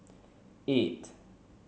eight